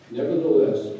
Nevertheless